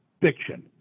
fiction